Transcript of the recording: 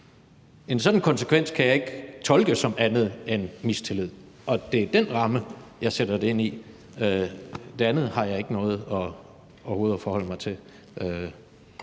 En sådan konsekvens kan jeg ikke tolke som andet end mistillid, og det er den ramme, jeg sætter det ind i. Det andet har jeg overhovedet ikke nået at forholde mig til.